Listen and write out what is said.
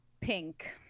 Pink